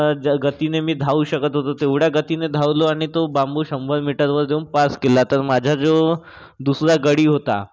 ज्या गतीने मी धावू शकत होतो मी तेवढ्या गतीने धावलो आणि तो बांबू शंभर मीटरवर जाऊन पास केला तर माझा जो दुसरा गडी होता